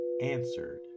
answered